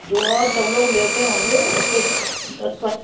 जो भाव सब लोग लेते होंगे उससे दस